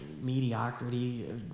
mediocrity